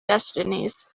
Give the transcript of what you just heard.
destinies